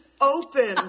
open